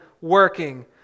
working